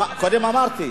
קודם אמרת ש"ס.